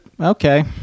okay